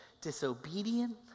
disobedient